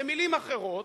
במלים אחרות,